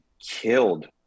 killed